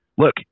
Look